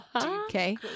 Okay